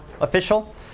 official